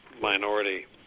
minority